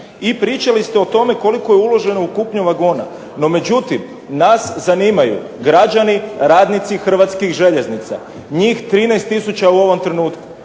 i pričali ste o tome koliko je uvaženo u kupnju vagona. No, međutim nas zanimanju građani radnici Hrvatski željeznica. Njih 13 tisuća u ovom trenutku,